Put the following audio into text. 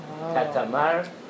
katamar